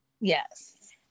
Yes